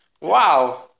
Wow